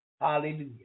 Hallelujah